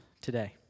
today